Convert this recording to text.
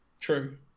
True